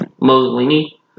Mussolini